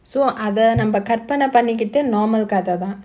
so அத நம்ம கற்பன பண்ணிக்கிட்டு:atha namma karpana pannikittu normal கததா:kathathaa